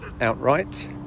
outright